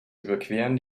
überqueren